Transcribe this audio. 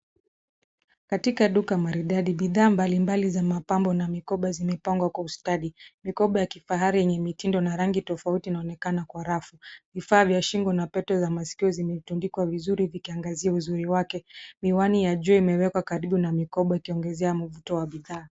Katika duka maridadi. Bidhaa mbali mbali za mapambo na mikoba zimepangwa kwa ustadhi. Mikoba ya kifahari yenye mitindo na rangi tofauti inaonekana kwa rafu. Vifaa vya shingo na Pete za maskio vimetundikwa vizuri vikiangazia uzuri wake. Miwani ya jua imewekwa karibu na mikoba ikiongezea mvuto wa bidhaa.